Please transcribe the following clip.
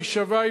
להישבע,